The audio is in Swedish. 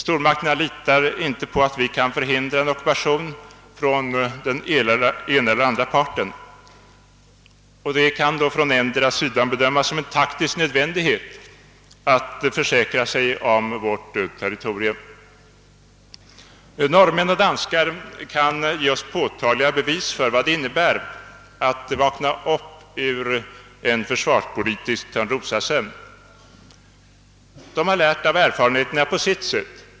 Stormakterna litar inte på att vi kan förhindra en ockupation från den ena eller andra parten, och det kan på endera sidan bedömas som en taktisk nödvändighet att försäkra sig om vårt territorium. Norrmän och danskar kan ge oss påtagliga bevis för vad det innebär att vakna upp ur en försvarspolitisk törnrosasömn. De har lärt av erfarenheterna på sitt sätt.